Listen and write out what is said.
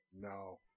No